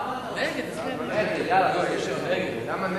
בסדר-היום של הכנסת